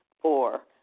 Four